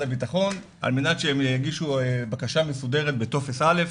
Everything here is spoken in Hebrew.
הבטחון על מנת שהם יגישו בקשה מסודרת בטופס א'.